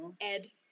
Ed